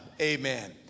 amen